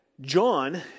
John